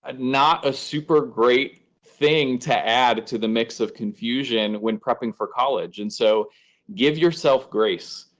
ah not a super-great thing to add to the mix of confusion when prepping for college. and so give yourself grace.